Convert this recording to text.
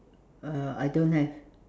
uh I don't have